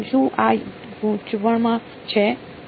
શું આ ગૂંચવણમાં છે